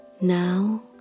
Now